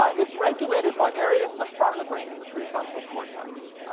ah is regulated by areas in the front of the brain in the prefrontal cortex,